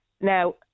Now